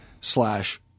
slash